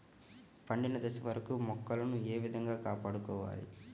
పండిన దశ వరకు మొక్కలను ఏ విధంగా కాపాడుకోవాలి?